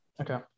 okay